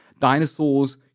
Dinosaurs